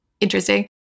interesting